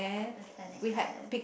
Botanic-Gardens